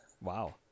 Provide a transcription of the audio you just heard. wow